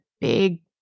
big